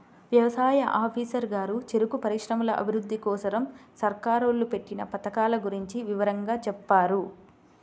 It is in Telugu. యవసాయ ఆఫీసరు గారు చెరుకు పరిశ్రమల అభిరుద్ధి కోసరం సర్కారోళ్ళు పెట్టిన పథకాల గురించి వివరంగా చెప్పారు